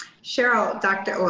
cheryl. dr.